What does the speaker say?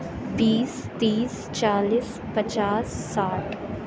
بیس تیس چالیس پچاس ساٹھ